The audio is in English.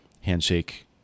handshake